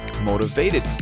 motivated